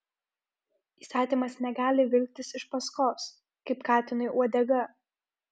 įstatymas negali vilktis iš paskos kaip katinui uodega